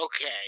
Okay